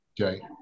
okay